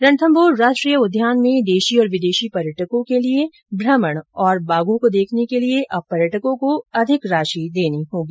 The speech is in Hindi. रणथम्भौर राष्ट्रीय उद्यान में देशी और विदेशी पर्यटकों के लिये भ्रमण और बाघों को देखने के लिये अब पर्यटकों को अधिक राशि देनी होगी